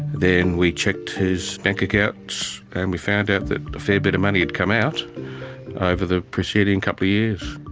then we checked his bank accounts and we found out that a fair bit of money had come out over the preceding couple of years.